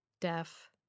deaf